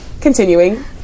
continuing